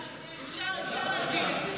אפשר, אפשר להעביר.